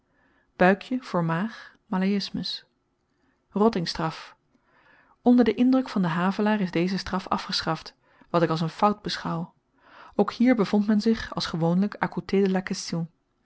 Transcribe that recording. buikje voor maag malayismus rottingstraf onder den indruk van den havelaar is deze straf afgeschaft wat ik als n fout beschouw ook hier bevond men zich als gewoonlijk